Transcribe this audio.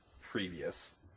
previous